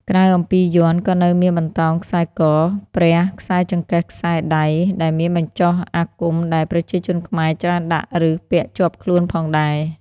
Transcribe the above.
ក្រៅអំពីយ័ន្តក៏នៅមានបន្តោងខ្សែកព្រះខ្សែចង្កេះខ្សែដៃដែលមានបញ្ចុះអាគមដែលប្រជាជនខ្មែរច្រើនដាក់ឬពាក់ជាប់ខ្លួនផងដែរ